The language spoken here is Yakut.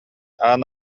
аан